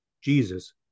Jesus